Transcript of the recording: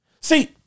See